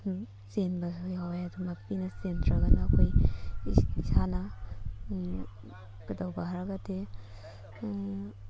ꯆꯦꯟꯕꯁꯨ ꯌꯥꯎꯋꯦ ꯑꯗꯨ ꯃꯄꯤꯅ ꯆꯦꯟꯗ꯭ꯔꯒꯅ ꯑꯩꯈꯣꯏ ꯏꯁꯥꯅ ꯀꯩꯗꯧꯕ ꯍꯥꯏꯔꯒꯗꯤ